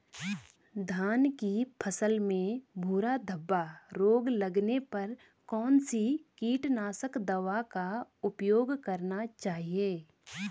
धान की फसल में भूरा धब्बा रोग लगने पर कौन सी कीटनाशक दवा का उपयोग करना चाहिए?